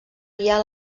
guiar